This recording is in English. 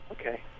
Okay